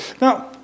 Now